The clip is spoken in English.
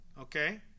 okay